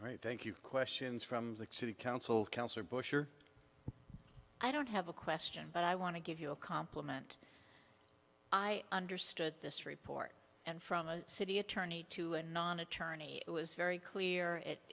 right thank you questions from the city council council or bush or i don't have a question but i want to give you a compliment i understood this report and from a city attorney to anon attorney it was very clear